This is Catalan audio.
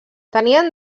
tenien